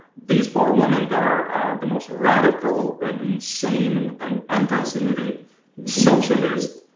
these four women that are the most radical and insane, an anti semitic socialist.